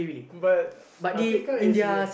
but Atiqah is you